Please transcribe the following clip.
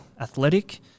athletic